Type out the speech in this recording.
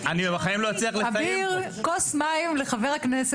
אני בעד שכולם יקבלו את החינוך הכי טוב שיש --- אם אתה רוצה